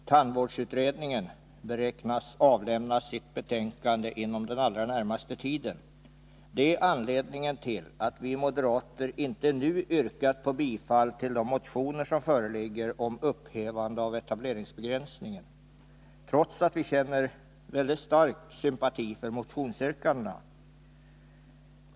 Herr talman! Tandvårdsutredningen beräknas avlämna sitt betänkande inom den allra närmaste tiden. Det är anledningen till att vi moderater inte nu yrkat på bifall till de motioner som föreligger om upphävande av etableringsbegränsningen, trots att vi känner en mycket stark sympati för motionsyrkandena.